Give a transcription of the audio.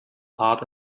hart